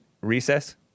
recess